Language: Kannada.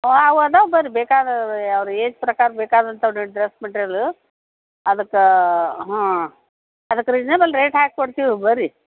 ಅವು ಅದಾವೆ ಬನ್ರಿ ಬೇಕಾದವು ಅವ್ರ ಏಜ್ ಪ್ರಕಾರ ಬೇಕಾದಂಥವು ಡ್ರೆಸ್ ಮೆಟ್ರಿಯಲ ಅದಕ್ಕೆ ಹಾಂ ಅದಕ್ಕೆ ರಿಸ್ನೇಬಲ್ ರೇಟ್ ಹಾಕಿ ಕೊಡ್ತೀವಿ ಬನ್ರಿ